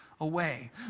away